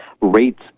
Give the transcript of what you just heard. rates